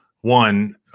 One